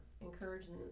encouraging